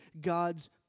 God's